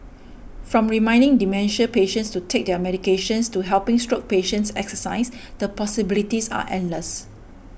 from reminding dementia patients to take their medications to helping stroke patients exercise the possibilities are endless